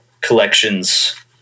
collections